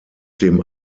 dem